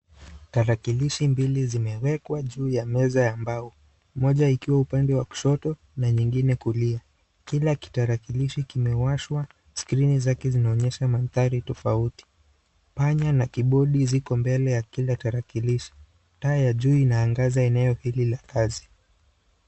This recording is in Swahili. Tarakilishi mbili zimewekwa juu ya meza ya mbao, moja ikiwa upande wa kushoto na ingine kulia, kila kitarakilishi kimewashwa, screen zqke zinaonyesha mandhari tofauti, panya na kibodi ziko mbele ya kila tarakilishi, taa ya juu inaangaza eneo hili la kazi.